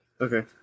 Okay